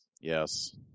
Yes